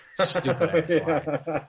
Stupid